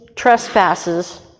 trespasses